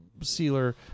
sealer